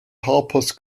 harper’s